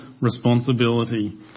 responsibility